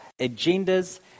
agendas